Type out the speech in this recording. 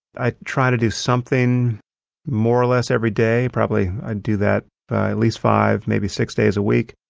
i try to do something more or less every day. probably i do that at least five, maybe six days a week.